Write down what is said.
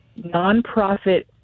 nonprofit